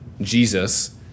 Jesus